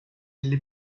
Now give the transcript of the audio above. elli